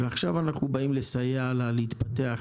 עכשיו אנחנו באים לסייע לה להתפתח,